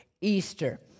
Easter